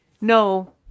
no